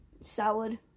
salad